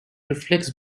reflex